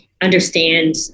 understand